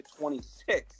26